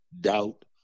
doubt